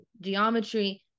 geometry